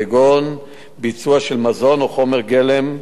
כגון ייצור של מזון או חומר גלם פגומים.